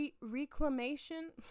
reclamation